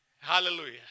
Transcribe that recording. hallelujah